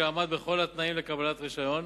שעמד בכל התנאים לקבלת רשיון